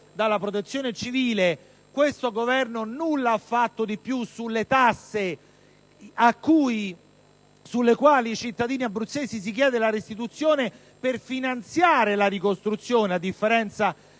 dalla Protezione civile (questo Governo peraltro nulla ha fatto di più sulle tasse, in merito alle quali ai cittadini abruzzesi si chiede la restituzione per finanziare la ricostruzione, a differenza